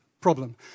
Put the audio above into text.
problem